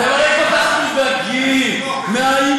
אתם הרי כל כך מודאגים מההימורים,